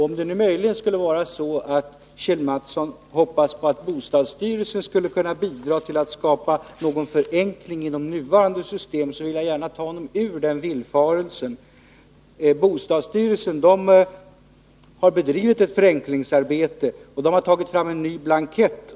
Om Kjell Mattsson möjligen hoppas på att bostadsstyrelsen skall kunna bidra till att förenkla det nuvarande systemet, vill jag ta honom ur den villfarelsen. Bostadsstyrelsen har bedrivit ett förenklingsarbete och tagit fram en ny blankett.